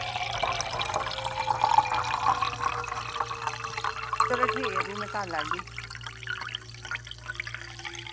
चलो ठीक ऐ भी में कल्ल आह्गी